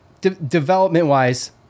development-wise